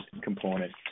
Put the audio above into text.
component